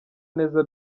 neza